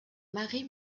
marie